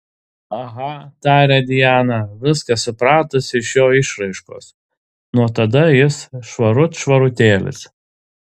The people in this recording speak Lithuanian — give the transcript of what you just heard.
aha tarė diana viską supratusi iš jo išraiškos nuo tada jis švarut švarutėlis